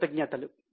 కృతజ్ఞతలు